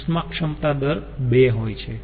ઉષ્મા ક્ષમતા દર 2 હોય છે